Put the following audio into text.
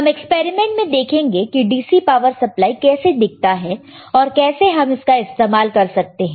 हम एक्सपेरिमेंट में देखेंगे कि DC पावर सप्लाई कैसे दिखता है और कैसे हम इसका इस्तेमाल कर सकते हैं